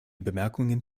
bemerkungen